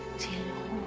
to